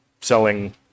selling